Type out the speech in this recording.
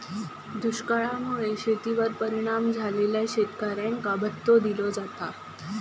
दुष्काळा मुळे शेतीवर परिणाम झालेल्या शेतकऱ्यांका भत्तो दिलो जाता